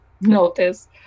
notice